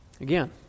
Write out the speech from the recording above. Again